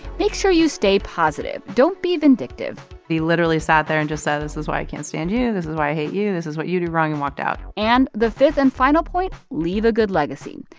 make sure you stay positive. don't be vindictive he literally sat there and just said, this is why i can't stand you, this is why i hate you, this is what you do wrong and walked out and the fifth and final point leave a good legacy.